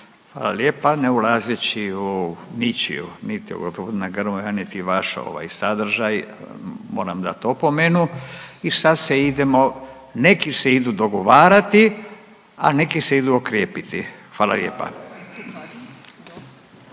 Hvala lijepa. Ne ulazeći u ničiju niti gospodina Grmoja, niti vaš sadržaj moram dat opomenu. I sad se idemo, neki se idu dogovarati, a neki se idu okrijepiti. Hvala lijepa.